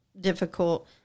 difficult